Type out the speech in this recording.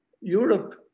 Europe